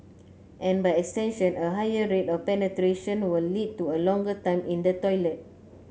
and by extension a higher rate of penetration will lead to a longer time in the toilet